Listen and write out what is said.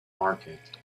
market